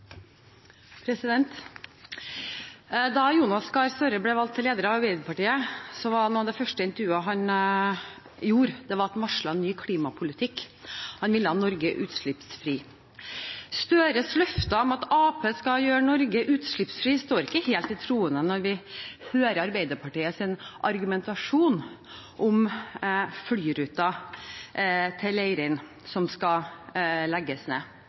Da Jonas Gahr Støre ble valgt til leder av Arbeiderpartiet, var noe av det første han gjorde i intervju, å varsle en ny klimapolitikk. Han ville ha Norge utslippsfritt. Støres løfter om at Arbeiderpartiet skal gjøre Norge utslippsfritt, står ikke helt til troende når vi hører Arbeiderpartiets argumentasjon om flyruten til Leirin, som skal legges ned.